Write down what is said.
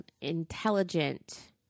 intelligent